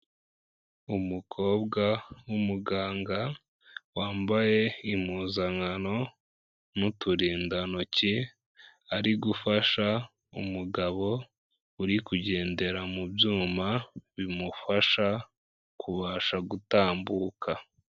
Umukobwa w'umuganga wambaye impuzankano n'uturindantoki, ari gufasha umugabo uri kugendera mu byuma bimufasha kubasha gutambuka.